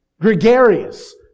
gregarious